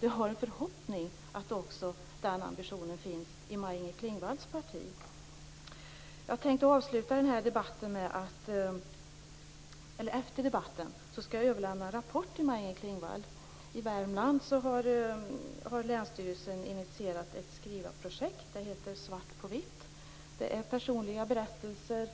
Jag har en förhoppning om att den ambitionen också finns i Maj-Inger Klingvalls parti. Efter debatten skall jag överlämna en rapport till Maj-Inger Klingvall. I Värmland har länsstyrelsen initierat ett skrivarprojekt. Det heter Svart på vitt. Det är personliga berättelser